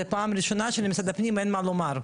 זו פעם ראשונה שלמשרד הפנים אין מה לומר.